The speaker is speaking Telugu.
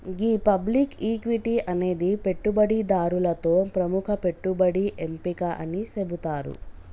గీ పబ్లిక్ ఈక్విటి అనేది పెట్టుబడిదారులతో ప్రముఖ పెట్టుబడి ఎంపిక అని సెబుతారు